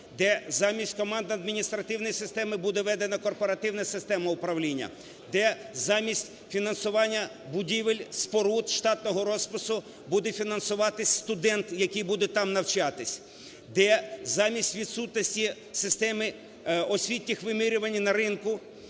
де замість командно-адміністративної системи буде введена корпоративна система управління, де замість фінансування будівель, споруд, штатного розпису буде фінансуватись студент, який буде там навчатись, де замість відсутності системи освітніх вимірювань на ринку